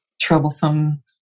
troublesome